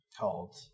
called